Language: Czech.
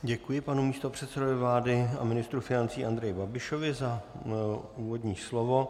Děkuji panu místopředsedovi vlády a ministru financí Andreji Babišovi za úvodní slovo.